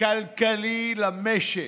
כלכלי למשק.